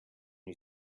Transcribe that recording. you